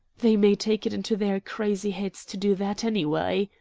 they may take it into their crazy heads to do that, anyway,